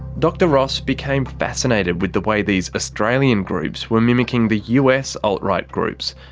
dr ross became fascinated with the way these australian groups were mimicking the us alt-right groups,